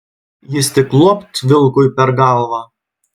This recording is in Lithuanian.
jis tik luopt vilkui per galvą